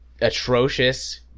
atrocious